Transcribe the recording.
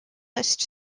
list